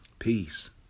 Peace